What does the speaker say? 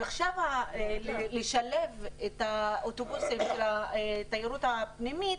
אבל עכשיו לשלב את תיירות הפנים,